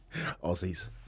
Aussies